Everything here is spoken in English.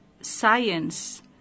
science